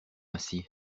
ainsi